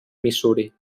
missouri